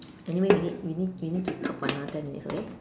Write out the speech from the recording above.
anyway we need we need we need to talk for another ten minutes okay